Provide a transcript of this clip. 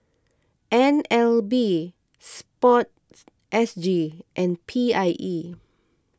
N L B Sports S G and P I E